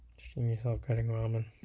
stream yourself getting ramen